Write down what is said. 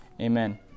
Amen